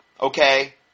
okay